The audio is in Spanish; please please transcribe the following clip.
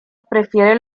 prefiere